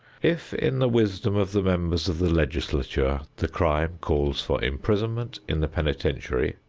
if in the wisdom of the members of the legislature the crime calls for imprisonment in the penitentiary,